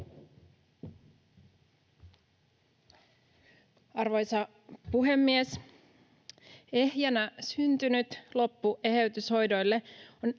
Arvoisa puhemies! Ehjänä syntynyt — loppu ”eheytyshoidoille” on